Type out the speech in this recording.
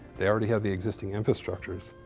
they already have the existing infrastructures.